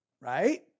Right